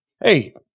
hey